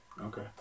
Okay